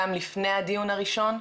גם לפני הדיון הראשון,